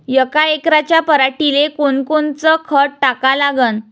यका एकराच्या पराटीले कोनकोनचं खत टाका लागन?